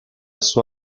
sua